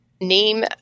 name